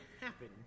happen